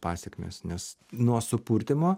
pasekmės nes nuo supurtymo